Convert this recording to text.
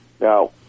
Now